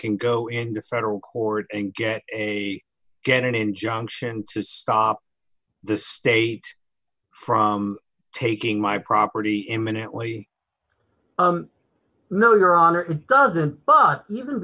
can go into federal court and get a get an injunction to stop the state from taking my property imminently mill your honor it doesn't but even